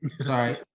Sorry